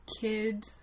kid